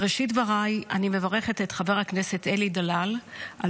בראשית דבריי אני מברכת את חבר הכנסת אלי דלל על